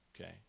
okay